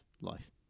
life